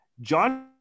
john